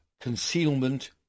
concealment